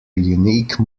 unique